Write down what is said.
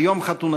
על יום חתונתי,